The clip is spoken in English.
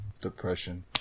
Depression